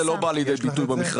תוכלי להעביר לנו?